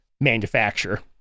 manufacture